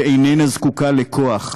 שאיננה זקוקה לכוח,